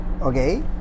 Okay